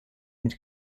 mit